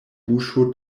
buŝo